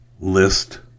list